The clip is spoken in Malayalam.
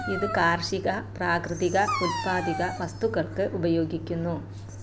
ഇത് കാർഷിക പ്രാകൃതിക ഉൽപ്പാദിക വസ്തുക്കൾക്ക് ഉപയോഗിക്കുന്നു